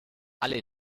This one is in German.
alle